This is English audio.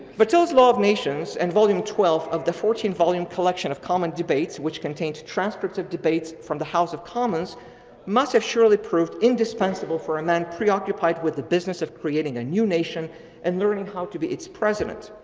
vattel's law of nations and volume twelve of the fourteen volume collection of common debates, which contained transcripts of debates from the house of commons must have surely proved indispensable for a man preoccupied with the business of creating a new nation and learning how to be its president.